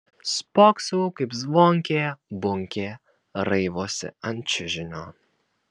spoksau kaip zvonkė bunkė raivosi ant čiužinio